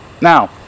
Now